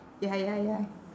ya ya ya